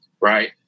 Right